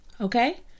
Okay